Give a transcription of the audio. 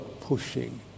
pushing